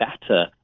better